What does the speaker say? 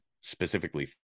specifically